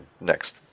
next